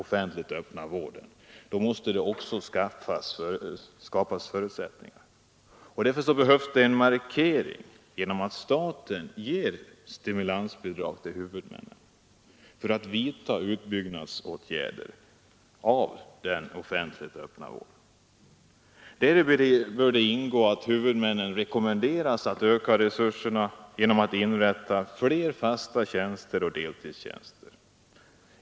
För att skapa förutsättningar härför behövs det en markering av en vilja härtill genom att staten ger stimulansbidrag till huvudmännen för att bygga ut den offentliga öppenvården. Därtill bör huvudmännen rekommenderas att öka resurserna genom att inrätta fler fasta tjänster och deltidstjänster.